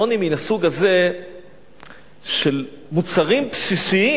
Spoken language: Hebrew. עוני מן הסוג הזה של מוצרים בסיסיים,